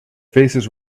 faces